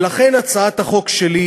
ולכן הצעת החוק שלי,